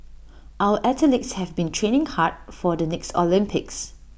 our athletes have been training hard for the next Olympics